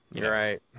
right